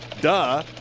duh